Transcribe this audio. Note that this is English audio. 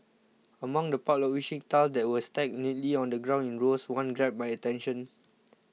among the pile of wishing tiles that were stacked neatly on the ground in rows one grabbed my attention